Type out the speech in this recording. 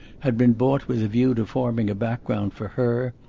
had been bought with a view to forming a background for her,